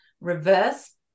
reverse